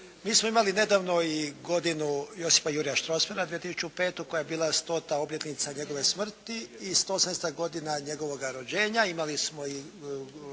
Mi smo imali nedavno i godinu "Josipa Jurja Strossmajera", 2005. koja je bila 100. obljetnica njegove smrti i 170. godina njegova rođenja.